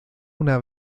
una